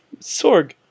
Sorg